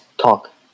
talk